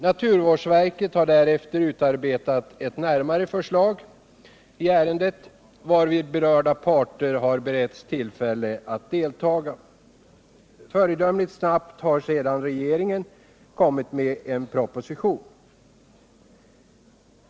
Naturvårdsverket har därefter utarbetat ett närmare förslag i ärendet, varvid berörda parter har beretts tillfälle att delta. Föredömligt snabbt har nu regeringen lagt fram en proposition.